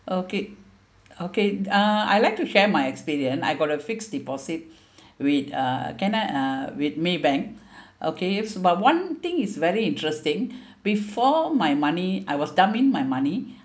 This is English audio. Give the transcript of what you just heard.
okay okay uh I like to share my experience I got a fixed deposit with uh can I uh with maybank okay yes but one thing is very interesting before my money I was dumping my money